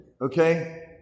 okay